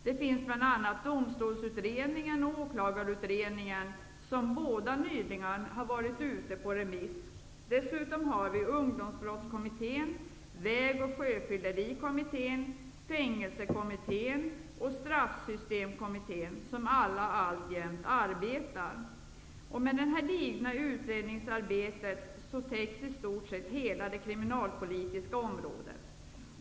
Där finns Domstolsutredningen och Åklagarutredningen, som båda nyligen har varit ute på remiss. Dessutom har vi Straffsystemkommittén, som alltjämt arbetar. Med detta digra utredningsarbete täcks i stort sett hela det kriminalpolitiska området.